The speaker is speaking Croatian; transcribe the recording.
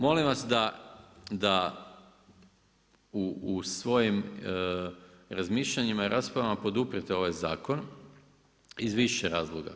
Molim vas da u svojim razmišljanjima i raspravama poduprete ovaj zakon iz više razloga.